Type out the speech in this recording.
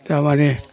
थारमाने